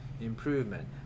improvement